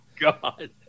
God